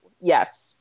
yes